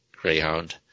Greyhound